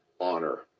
honor